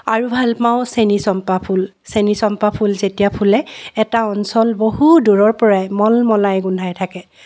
আৰু ভাল পাওঁ চেনিচম্পা ফুল চেনিচম্পা ফুল যেতিয়া ফুলে এটা অঞ্চল বহু দূৰৰ পৰাই মলমলাই গোন্ধাই থাকে